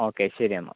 okay ശരിയെന്നാൽ